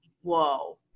Whoa